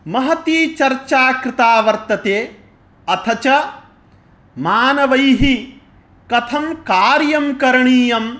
महती चर्चा कृता वर्तते अथ च मानवैः कथं कार्यं करणीयं